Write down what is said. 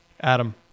adam